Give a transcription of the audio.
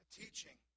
teaching